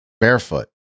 Barefoot